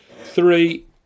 Three